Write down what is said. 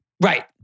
Right